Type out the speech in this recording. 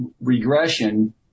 regression